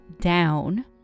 down